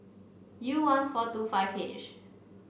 U one four two five H